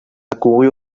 accourut